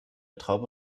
traube